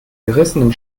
gerissenen